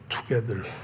together